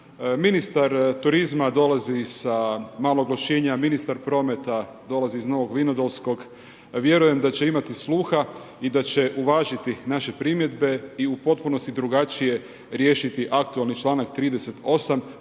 Ministar turizma dolazi sa malog Lošinja, ministar prometa dolazi iz Novog Vinodolskog, vjerujem da će imati sluha i da će uvažiti naše primjedbe i u potpunosti drugačije riješiti aktualni članak 38.